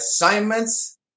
assignments